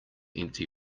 empty